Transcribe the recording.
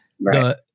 Right